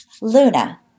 Luna